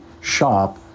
shop